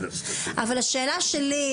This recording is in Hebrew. אבל השאלה שלי,